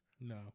No